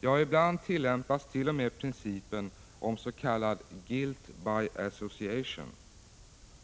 Ja, ibland tillämpas t.o.m. principen oms.k. guilt by association.